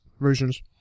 versions